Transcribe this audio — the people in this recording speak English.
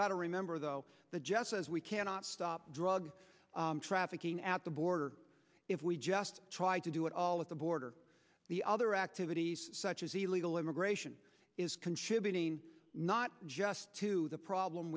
got to remember though the judge says we cannot stop drug trafficking at the border if we just try to do it all at the border the other activities such as illegal immigration is contributing not just to the problem